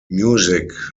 music